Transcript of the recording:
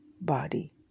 body